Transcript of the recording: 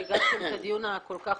שהגשתם את הדיון הכול כך,